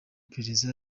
perereza